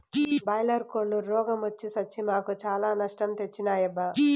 boiler కోల్లు రోగ మొచ్చి సచ్చి మాకు చాలా నష్టం తెచ్చినాయబ్బా